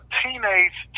teenage